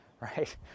right